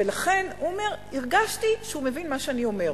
ולכן, הוא אומר, הרגשתי שהוא מבין מה שאני אומר.